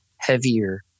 heavier